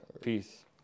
Peace